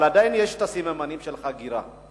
אבל עדיין יש סממנים של הגירה.